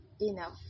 enough